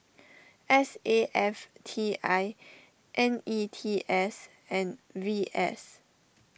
S A F T I N E T S and V S